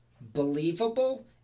believable